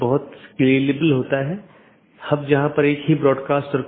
जो हम चर्चा कर रहे थे कि हमारे पास कई BGP राउटर हैं